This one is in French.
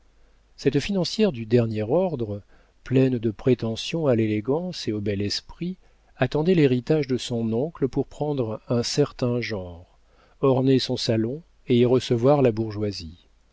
cette financière du dernier ordre pleine de prétentions à l'élégance et au bel esprit attendait l'héritage de son oncle pour prendre un certain genre orner son salon et y recevoir la bourgeoisie